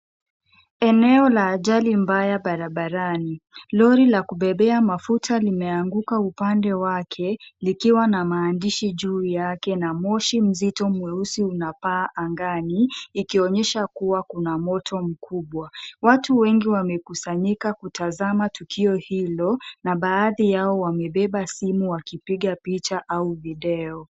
Eneo la ajali mbaya barabarani. Lori la kubebea mafuta limeanguka upande wake likiwa na maandishi juu yake na moshi mzito mweusi unapaa angani ikionyesha kuwa kuna moto mkubwa. Watu wengi wamekusanyika kutazama tukio hilo na baadhi yao wamebeba simu wakipiga picha au video.